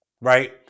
Right